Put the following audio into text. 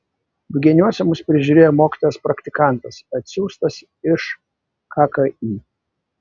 bugeniuose mus prižiūrėjo mokytojas praktikantas atsiųstas iš kki